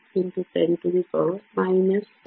06 x 10 7